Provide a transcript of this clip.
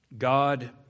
God